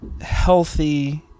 healthy